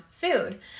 food